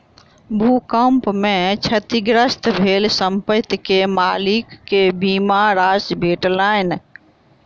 भूकंप में क्षतिग्रस्त भेल संपत्ति के मालिक के बीमा राशि भेटलैन